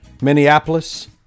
Minneapolis